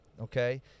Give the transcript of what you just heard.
okay